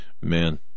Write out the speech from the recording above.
man